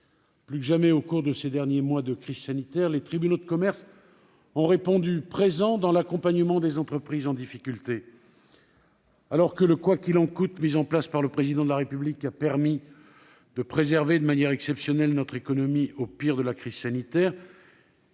Plus que jamais au cours de ces derniers mois de crise sanitaire, les tribunaux de commerce ont répondu présent dans l'accompagnement des entreprises en difficulté. Le « quoi qu'il en coûte » décidé par le Président de la République a permis de préserver de manière exceptionnelle notre économie au pire de la crise sanitaire.